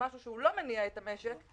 דבר שלא מניע את המשק,